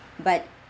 but